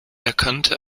erkannte